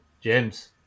James